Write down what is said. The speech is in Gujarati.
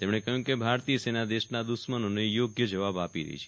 તેમણે કહ્યું કે ભારતિય સેના દેશના દુશ્મનોને યોગ્ય જવાબ આપી રહી છે